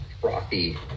frothy